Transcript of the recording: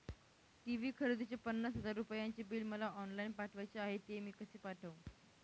TV खरेदीचे पन्नास हजार रुपयांचे बिल मला ऑफलाईन पाठवायचे आहे, ते मी कसे पाठवू?